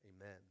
Amen